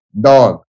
dog